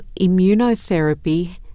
immunotherapy